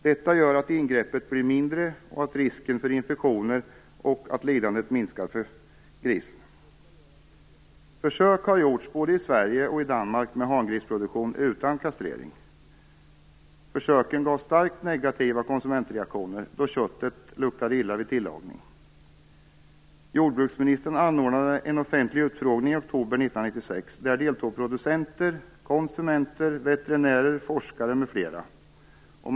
Detta gör att ingreppet blir mindre och att både risken för infektioner och lidandet för grisen minskar. Försök har gjorts, både i Sverige och i Danmark, med hangrisproduktion utan kastrering. Försöken gav starkt negativa konsumentreaktioner, då köttet luktade illa vid tillagning. Jordbruksministern anordnade en offentlig utfrågning i oktober 1996 där producenter, konsumenter, veterinärer, forskare m.fl. deltog.